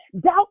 doubt